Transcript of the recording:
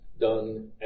done